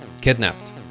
kidnapped